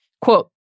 Quote